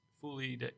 fully